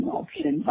option